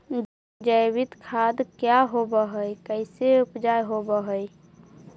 जैविक खाद क्या होब हाय कैसे उपज हो ब्हाय?